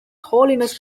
holiness